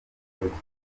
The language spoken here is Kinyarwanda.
ruswa